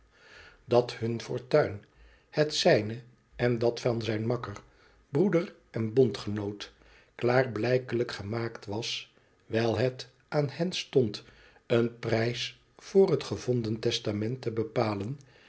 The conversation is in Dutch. dat hud fortuic het zijue en dat van zijn makker broeder en bondgenoot klaarblijkelijk gemaakt was wijl het aan hen stond een prijs voor het gevonden testament te bepalen